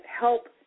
help